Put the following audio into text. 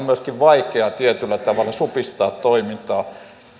myöskin vaikea tietyllä tavalla supistaa toimintaa